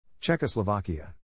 Czechoslovakia